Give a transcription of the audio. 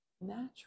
natural